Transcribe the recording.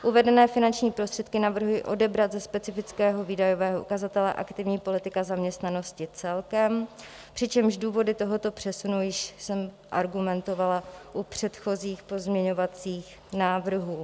Uvedené finanční prostředky navrhuji odebrat ze specifického výdajového ukazatele Aktivní politika zaměstnanosti celkem, přičemž důvody tohoto přesunu jsem již argumentovala u předchozích pozměňovacích návrhů.